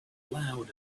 loud